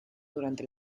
durante